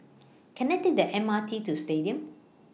Can I Take The M R T to Stadium